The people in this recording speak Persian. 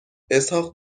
اسحاق